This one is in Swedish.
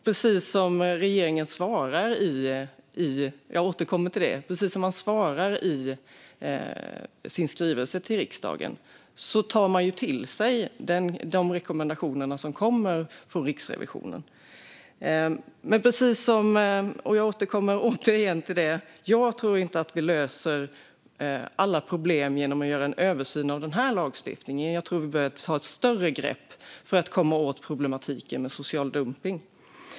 Precis som regeringen svarade i sin skrivelse till riksdagen tar man till sig de rekommendationer som kommer från Riksrevisionen. Återigen: Jag tror inte att vi löser alla problem genom att göra en översyn av den här lagstiftningen, utan jag tror att vi behöver ta ett större grepp för att komma åt problematiken med social dumpning.